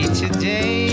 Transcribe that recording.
today